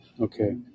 Okay